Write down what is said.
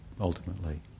ultimately